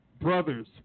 brother's